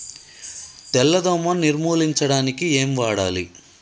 తెల్ల దోమ నిర్ములించడానికి ఏం వాడాలి?